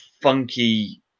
funky